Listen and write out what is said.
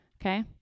Okay